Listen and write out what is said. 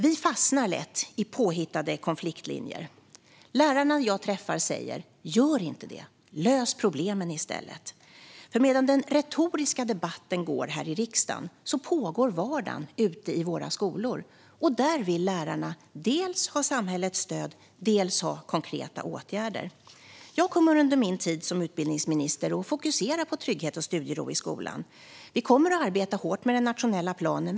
Vi fastnar lätt i påhittade konfliktlinjer. De lärare som jag träffar säger: Gör inte detta. Lös problemen i stället. Medan den retoriska debatten pågår här i riksdagen pågår vardagen ute i våra skolor. Där vill lärarna dels ha samhällets stöd, dels ha konkreta åtgärder. Jag kommer under min tid som utbildningsminister att fokusera på trygghet och studiero i skolan. Vi kommer att arbeta hårt med den nationella planen.